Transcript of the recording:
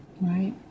Right